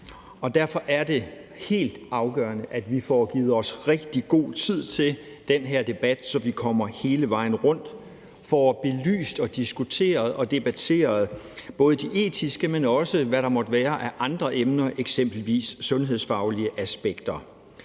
derfor er det helt afgørende, at vi får givet os rigtig god tid til den her debat, så vi kommer hele vejen rundt, får belyst, diskuteret og debatteret både de etiske aspekter, men også hvad der måtte være af andre emner som f.eks. de sundhedsfaglige aspekter.